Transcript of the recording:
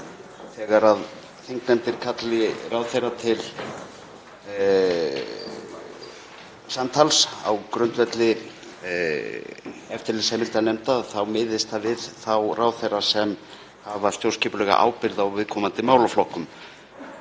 þegar þingnefndir kalli ráðherra til samtals á grundvelli eftirlitsheimilda nefnda þá miðist það við þá ráðherra sem hafa stjórnskipulega ábyrgð á viðkomandi málaflokkum.